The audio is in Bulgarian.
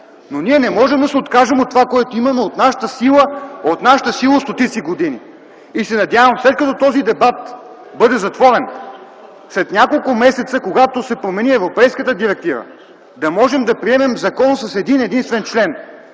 Но ние не можем да се откажем от това, което имаме – от нашата сила стотици години. Надявам се, след като този дебат бъде затворен, след няколко месеца, когато се промени европейската директива, да можем да приемем закон с един единствен член: